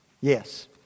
Yes